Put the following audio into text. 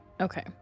Okay